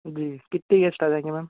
जी कितने गेस्ट आ जाएँगे मैम